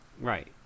right